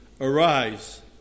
Arise